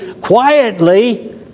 quietly